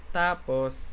tapos